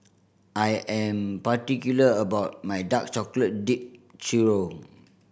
I am particular about my dark chocolate dip churro